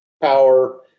power